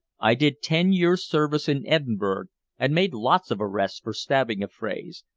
i did ten years' service in edinburgh and made lots of arrests for stabbing affrays.